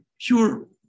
pure